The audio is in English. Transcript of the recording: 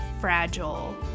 fragile